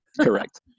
Correct